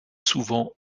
souvent